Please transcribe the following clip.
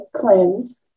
cleanse